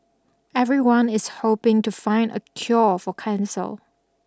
everyone is hoping to find a cure for cancer